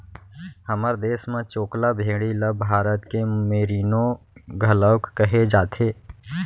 हमर देस म चोकला भेड़ी ल भारत के मेरीनो घलौक कहे जाथे